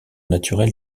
naturel